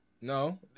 No